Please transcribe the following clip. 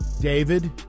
David